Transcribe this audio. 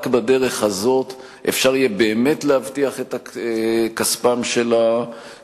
רק בדרך הזאת אפשר יהיה באמת להבטיח את כספם של הצרכנים,